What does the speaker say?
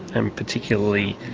and particularly